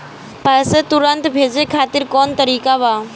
पैसे तुरंत भेजे खातिर कौन तरीका बा?